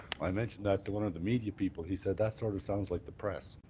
i mentioned that to one of the media people. he says that sort of sounds like the press.